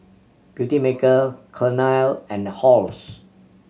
Beautymaker Cornell and Halls